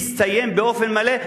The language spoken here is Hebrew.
יסתיים באופן מלא,